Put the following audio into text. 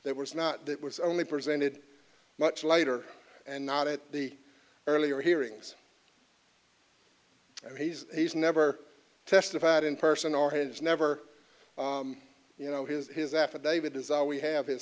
that was not that was only presented much lighter and not at the earlier hearings and he's he's never testified in person or has never you know his his affidavit is all we have his